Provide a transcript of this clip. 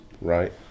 right